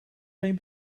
geen